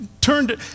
turned